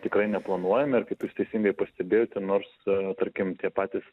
tikrai neplanuojame ir kaip jūs teisingai pastebėjote nors tarkim tie patys